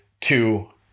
Two